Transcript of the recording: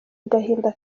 agahinda